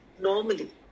normally